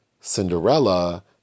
Cinderella